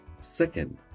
second